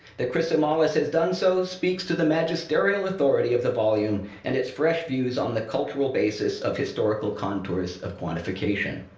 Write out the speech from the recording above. that chrisomalis has done so speaks to the magisterial authority of the volume and its fresh views on the cultural basis of historical contours of quantification.